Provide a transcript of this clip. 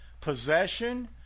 possession